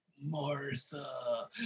Martha